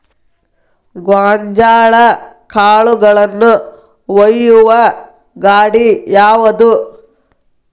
ಗೋಂಜಾಳ ಕಾಳುಗಳನ್ನು ಒಯ್ಯುವ ಗಾಡಿ ಯಾವದು?